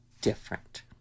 different